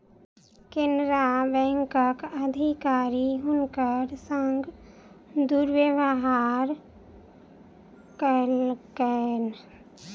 केनरा बैंकक अधिकारी हुनकर संग दुर्व्यवहार कयलकैन